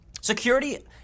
Security